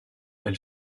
elle